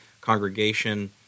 congregation